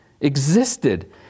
existed